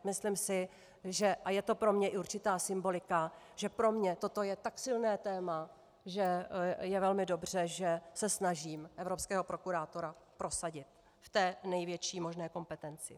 Myslím si, a je to pro mě i určitá symbolika, že pro mě toto je tak silné téma, že je velmi dobře, že se snažím evropského prokurátora prosadit v té největší možné kompetenci.